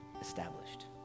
established